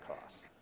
costs